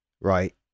right